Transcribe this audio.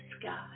sky